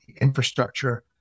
infrastructure